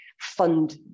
fund